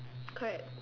correct